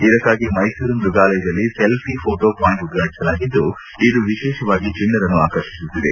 ಇದಕ್ಕಾಗಿ ಮೈಸೂರು ಮೃಗಾಲಯದಲ್ಲಿ selfie photo point ಉದ್ಘಾಟಿಸಲಾಗಿದ್ದು ಇದು ವಿಶೇಷವಾಗಿ ಚಿಣ್ಣರನ್ನು ಆಕರ್ಷಿಸುತ್ತಿದೆ